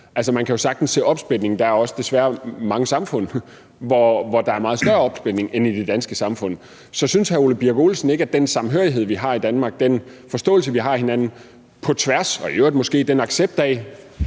man kan jo sagtens se opsplitning; der er desværre også mange samfund, hvor der er meget større opsplitning end i det danske samfund. Så synes hr. Ole Birk Olesen ikke, at det, vi har i Danmark, den forståelse, vi har af hinanden på tværs, og måske i øvrigt den accept af,